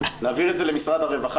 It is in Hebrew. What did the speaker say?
להעביר את זה למשרד הרווחה.